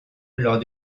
lors